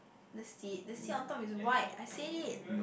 the sit the sit on top is white I said it